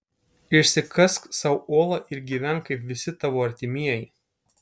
išsikask sau olą ir gyvenk kaip visi tavo artimieji